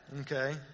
Okay